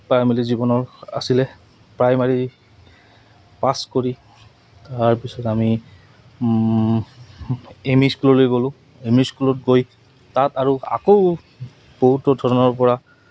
primary জীৱনৰ আছিলে primary pass কৰি তাৰপিছত আমি এম ই স্কুললৈ গ'লোঁ এম ই স্কুলত গৈ তাত আৰু আকৌ বহুতো ধৰণৰ পৰা